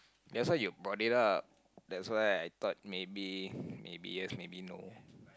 that's why you brought it up that's why I thought maybe maybe yes maybe no